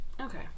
Okay